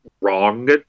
wrong